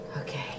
Okay